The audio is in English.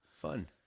Fun